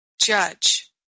judge